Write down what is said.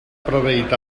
proveït